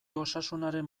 osasunaren